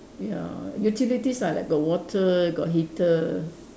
ya utilities are like got water got heater